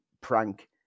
prank